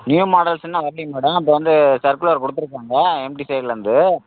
new models இன்னும் வரலீங்க madam இப்போ வந்து சர்க்குலர் கொடுத்துருக்காங்க எம்டி சைட்டிலேருந்து